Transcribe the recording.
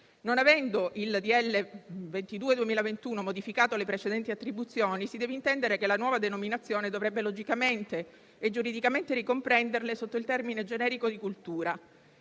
n. 22 del 2021 modificato le precedenti attribuzioni, si deve intendere che la nuova denominazione dovrebbe, logicamente e giuridicamente, ricomprenderle sotto il termine generico di cultura.